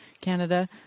canada